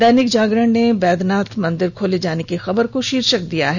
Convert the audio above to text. दैनिक जागरण ने बैधनाथ मंदिर खोले जाने की खबर को शीर्षक दिया है